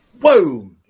whoa